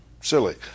silly